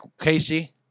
Casey